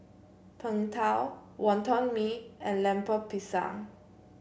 Png Tao Wonton Mee and Lemper Pisang